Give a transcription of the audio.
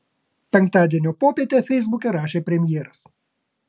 penktadienio popietę feisbuke rašė premjeras